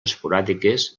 esporàdiques